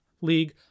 league